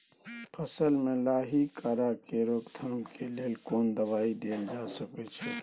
फसल में लाही कीरा के रोकथाम के लेल कोन दवाई देल जा सके छै?